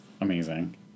Amazing